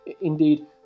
indeed